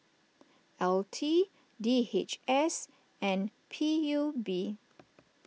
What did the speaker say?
LT D H S and P U B